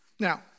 Now